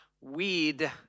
weed